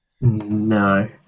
No